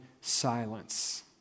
silence